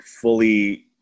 fully